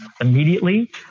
immediately